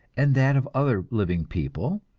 and that of other living people,